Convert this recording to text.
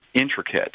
intricate